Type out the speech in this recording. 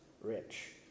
rich